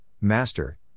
Master